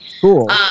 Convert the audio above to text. Cool